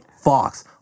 Fox